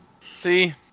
See